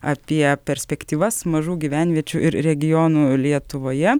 apie perspektyvas mažų gyvenviečių ir regionų lietuvoje